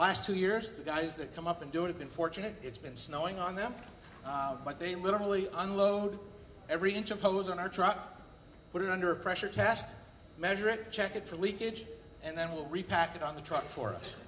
last two years the guys that come up and do it have been fortunate it's been snowing on them but they literally unload every inch of hose on our truck put it under pressure test measure it check it for leakage and then we'll repack it on the truck for